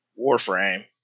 Warframe